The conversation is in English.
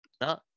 No